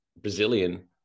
Brazilian